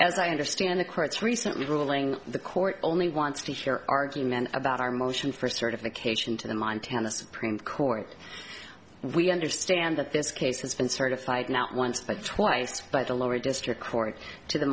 as i understand the court's recent ruling the court only wants to hear argument about our motion for certification to the montana supreme court we understand that this case has been certified not once but twice by the lower district court to the